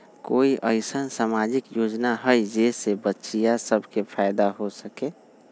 कोई अईसन सामाजिक योजना हई जे से बच्चियां सब के फायदा हो सके?